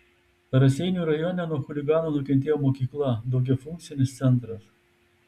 raseinių rajone nuo chuliganų nukentėjo mokykla daugiafunkcinis centras